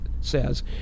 says